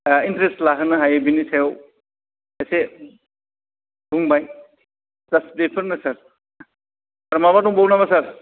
interest लाहोनो हायो बिनि सायाव एसे बुंबाय जाष्ट बेफोरनो सार आरो माबा दंबावो नामा सार